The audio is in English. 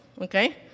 Okay